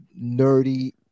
nerdy